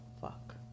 Fuck